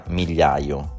migliaio